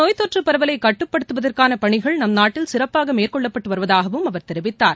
நோய்த்தொற்று பரவலை கட்டுப்படுத்துவதற்கான பணிகள் நம் நாட்டில் சிறப்பாக இந்த மேற்கொள்ளப்பட்டு வருவதாகவும் அவர் தெரிவித்தார்